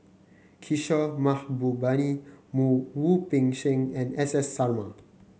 Kishore Mahbubani Wu Peng Seng and S S Sarma